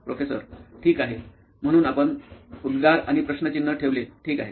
professor ठीक आहे म्हणून आपण उद्गार आणि प्रश्नचिन्ह ठेवले ठीक आहे